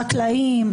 חקלאיים.